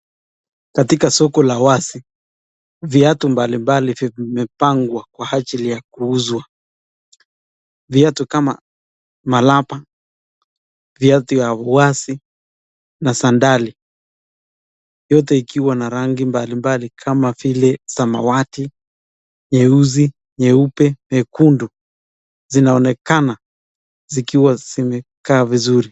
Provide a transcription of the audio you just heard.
Katika soko la wasi, viatu mbalimbali vimepangua kwa ajili ya kuuzwa. Viatu kama malapa, viatu ya wuasi na sandali. Yote ikiwa na rangi mbali mbali kama vile samawati, nyeusi, nyeupe, nyekundu . Zinaonekana zikiwa zimekaa vizuri .